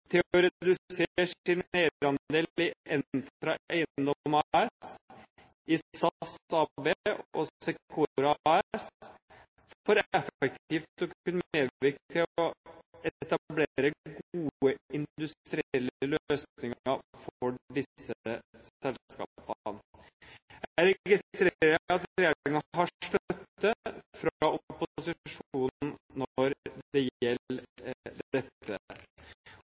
til å redusere sin eierandel i Entra Eiendom AS, SAS AB og Secora AS for effektivt å kunne medvirke til å etablere gode industrielle løsninger for disse selskapene. Jeg registrerer at regjeringen har støtte fra opposisjonen når det gjelder dette.